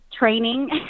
training